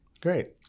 Great